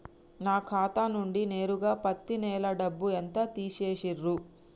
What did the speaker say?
నా ఖాతా నుండి నేరుగా పత్తి నెల డబ్బు ఎంత తీసేశిర్రు?